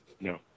No